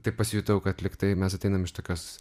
taip pasijutau kad lygtai mes ateinam iš tokios